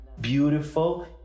beautiful